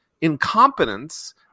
incompetence